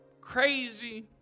crazy